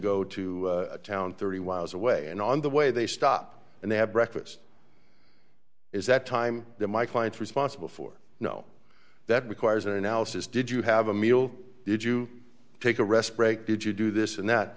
go to a town thirty miles away and on the way they stop and they have breakfast is that time that my client's responsible for you know that requires an analysis did you have a meal did you take a rest break did you do this and that